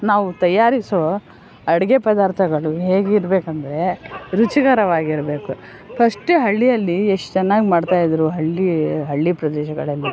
ನಾವು ತಯಾರಿಸುವ ಅಡುಗೆ ಪದಾರ್ಥಗಳು ಹೇಗಿರಬೇಕಂದರೆ ರುಚಿಕರವಾಗಿರಬೇಕು ಫಸ್ಟ್ ಹಳ್ಳಿಯಲ್ಲಿ ಎಷ್ಟು ಚೆನ್ನಾಗಿ ಮಾಡ್ತಾಯಿದ್ರು ಹಳ್ಳಿ ಹಳ್ಳಿ ಪ್ರದೇಶಗಳಲ್ಲಿ